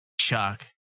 Chuck